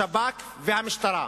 השב"כ והמשטרה.